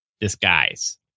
disguise